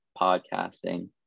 podcasting